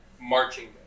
marching